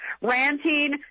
ranting